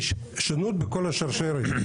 יש שונות בכל השרשרת.